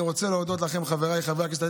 אני רוצה להודות לכם, חבריי חברי הכנסת.